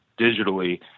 digitally